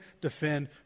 defend